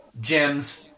gems